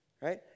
right